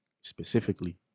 specifically